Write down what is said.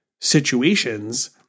situations